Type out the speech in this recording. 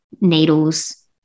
needles